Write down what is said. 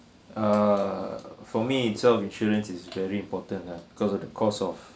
err for me itself insurance is very important lah cause of the cost of